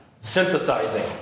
synthesizing